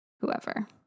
whoever